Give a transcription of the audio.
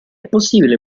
possibile